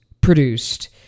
produced